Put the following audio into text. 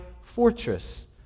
fortress